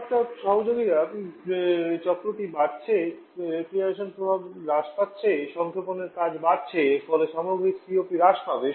সর্বাধিক তাপমাত্রার সহযোগীরা চক্রটি বাড়ছে রেফ্রিজারেশনের প্রভাব হ্রাস পাচ্ছে সংক্ষেপণের কাজ বাড়ছে ফলে সামগ্রিক সিওপি হ্রাস পাবে